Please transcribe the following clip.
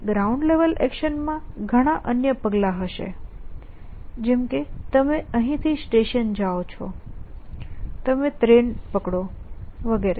ground level એક્શનમાં ઘણાં અન્ય પગલાં હશે જે તમે અહીંથી સ્ટેશને જાઓ છો તમે ટ્રેન પકડો છો વગેરે